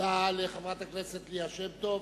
תודה רבה לחברת הכנסת ליה שמטוב,